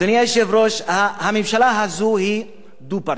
אדוני היושב-ראש, הממשלה הזאת היא דו-פרצופית,